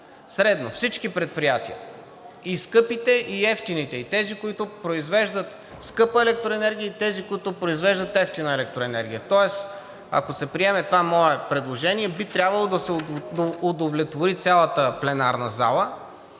Средно всички предприятия – и скъпите, и евтините, и тези, които произвеждат скъпа електроенергия, и тези, които произвеждат евтина електроенергия. Тоест, ако се приеме това мое предложение, би трябвало да се удовлетвори цялата пленарна зала